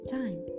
time